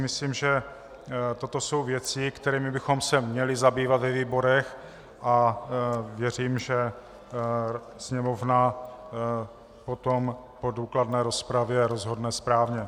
Myslím si, že toto jsou věci, kterými bychom se měli zabývat ve výborech, a věřím, že Sněmovna potom po důkladné rozpravě rozhodne správně.